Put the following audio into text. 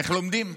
איך לומדים?